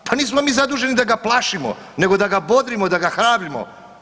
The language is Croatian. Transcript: Pa nismo mi zaduženi da ga plašimo, nego da ga bodrimo, da ga hrabrimo.